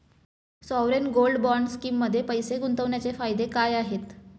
Sovereign gold bond स्कीममध्ये पैसे गुंतवण्याचे फायदे काय आहेत?